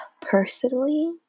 personally